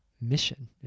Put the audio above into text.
mission